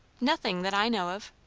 nothing, that i know of.